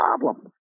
problem